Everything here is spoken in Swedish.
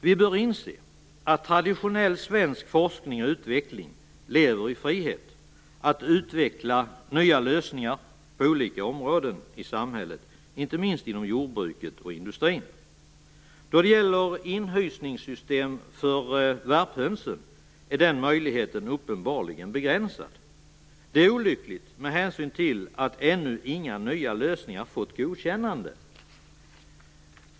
Vi bör inse att traditionell svensk forskning och utveckling lever i frihet att utveckla nya lösningar på olika områden i samhället, inte minst inom jordbruket och industrin. Då det gäller inhysningssystem för värphönsen är den möjligheten uppenbarligen begränsad. Det är olyckligt med hänsyn till att ännu inga nya lösningar fått godkännande.